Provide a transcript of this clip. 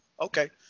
Okay